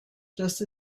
just